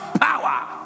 power